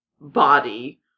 body